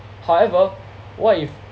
however what if